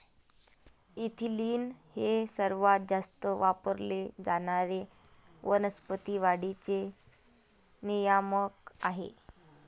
ethylene हे सर्वात जास्त वापरले जाणारे वनस्पती वाढीचे नियामक आहे